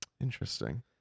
Interesting